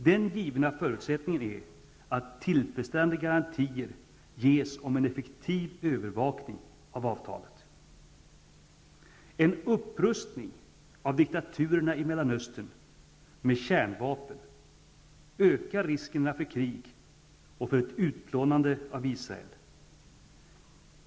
Den givna förutsättningen är att tillfredsställande garantier ges om en effektiv övervakning av avtalet. En upprustning med kärnvapen av diktaturerna i Mellanöstern ökar risken för krig och för ett utplånande av Israel.